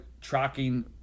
tracking